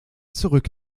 zurück